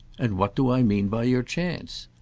and what do i mean by your chance?